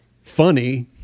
funny